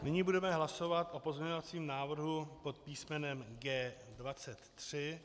Nyní budeme hlasovat o pozměňovacím návrhu pod písmenem G23.